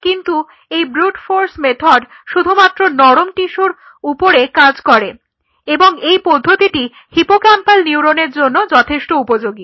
কিন্তু এই brute force method শুধুমাত্র নরম টিস্যুর উপরে কাজ করে এবং এই পদ্ধতিটি হিপোক্যাম্পাল নিউরনের জন্য যথেষ্ট উপযোগী